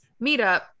meetup